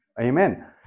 Amen